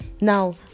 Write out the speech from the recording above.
Now